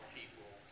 people